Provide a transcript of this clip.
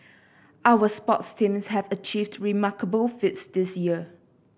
our sports teams have achieved remarkable feats this year